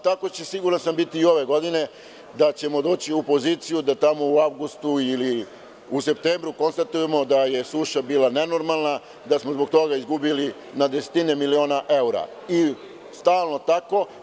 Tako će, siguran sam, biti i ove godine da ćemo doći u poziciju da tamo u avgustu ili u septembru konstatujemo da je suša bila nenormalna, da smo zbog toga izgubili na desetine miliona evra i stalno tako.